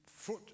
foot